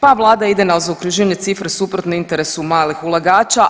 Pa vlada ide na zaokruženje cifre suprotno interesu malih ulagača.